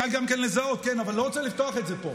קל גם לזהות, אבל אני לא רוצה לפתוח את זה פה.